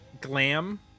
glam